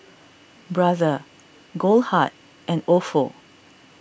Brother Goldheart and Ofo